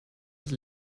dass